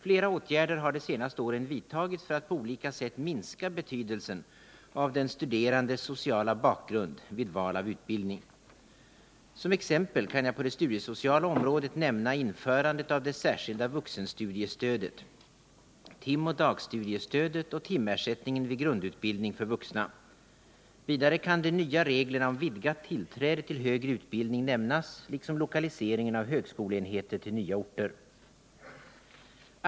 Flera åtgärder har de senaste åren vidtagits för att på olika sätt minska betydelsen av den studerandes sociala bakgrund vid val av utbildning. Som exempel kan jag på det studiesociala området nämna införandet av det särskilda vuxenstudiestödet, timoch dagstudiestödet och timersättningen vid grundutbildning för vuxna. Vidare kan de nya reglerna om vidgat tillträde till högre utbildning nämnas liksom lokaliseringen av högskoleenheter till nya orter.